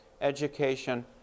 education